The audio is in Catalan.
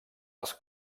els